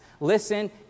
Listen